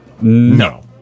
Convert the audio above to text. No